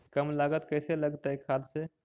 कम लागत कैसे लगतय खाद से?